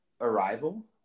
Arrival